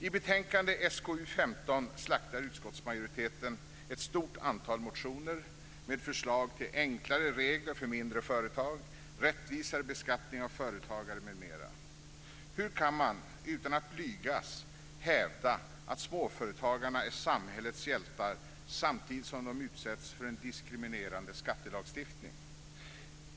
I betänkande SkU15 slaktar utskottsmajoriteten ett stort antal motioner med förslag till enklare regler för mindre företag, rättvisare beskattning av företagare m.m. Hur kan man, utan att blygas, hävda att småföretagarna är samhällets hjältar samtidigt som de utsätts för en diskriminerande skattelagstiftning?